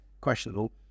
questionable